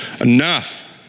Enough